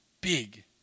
big